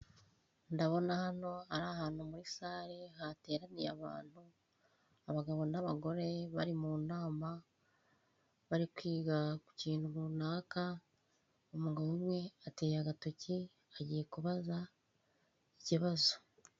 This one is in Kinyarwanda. Ndabona hano ar' ahantu muri sare hateraniy' abantu, abagabo n'abagore bari mu nama bari kwiga kukintu runaka ,umugabo umwe ateye agatoki agiye kubaza ikibazo.